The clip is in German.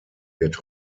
wird